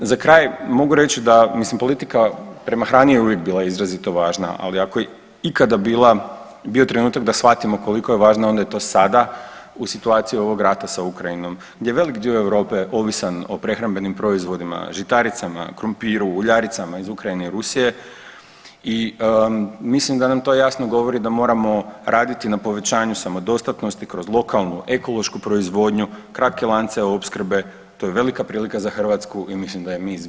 Za kraj mogu reći da, mislim politika prema hrani je uvijek bila izrazito važna ali ako je ikada bila, bio trenutak da shvatimo koliko je važna onda je to sada u situaciji ovog rata sa Ukrajinom gdje je velik dio Europe ovisan o prehrambenim proizvodima žitaricama, krumpiru, uljaricama iz Ukrajine i Rusije i mislim da nam to jasno govori da moramo raditi na povećanju samodostatnosti kroz lokalnu, ekološku proizvodnju, kratke lance opskrbe, to je velika prilika za Hrvatsku i mislim da je mi zbilja, zbilja moramo iskoristiti.